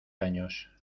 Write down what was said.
años